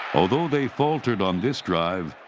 although they faltered on this drive,